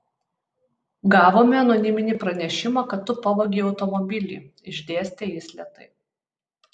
gavome anoniminį pranešimą kad tu pavogei automobilį išdėstė jis lėtai